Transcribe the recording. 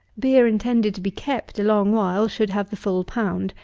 beer intended to be kept a long while should have the full pound,